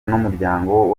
n’umuryango